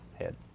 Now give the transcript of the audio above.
head